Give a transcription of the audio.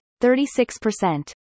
36%